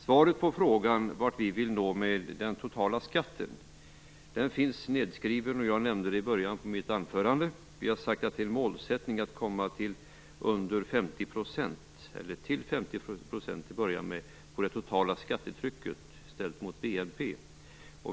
Svaret på frågan om vart vi vill nå med den totala skatten finns nedskrivet. Jag nämnde det i början av mitt anförande. Vi har sagt att målsättningen till att börja med är att komma till 50 % av det totala skattetrycket, ställt mot BNP.